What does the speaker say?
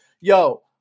yo